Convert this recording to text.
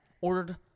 ordered